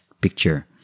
Picture